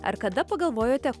ar kada pagalvojote